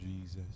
Jesus